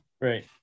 right